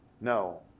no